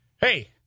hey